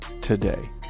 today